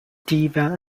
deva